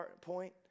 point